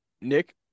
Nick